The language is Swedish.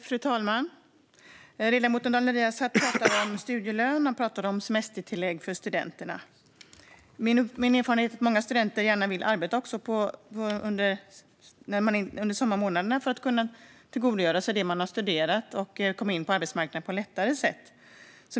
Fru talman! Ledamoten Daniel Riazat talar om studielön och semestertillägg för studenter. Min erfarenhet är att många studenter också gärna vill arbeta under sommarmånaderna för att kunna tillgodogöra sig det de studerat och lättare komma in på arbetsmarknaden.